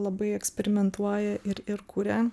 labai eksperimentuoja ir ir kuria